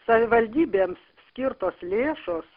savivaldybėms skirtos lėšos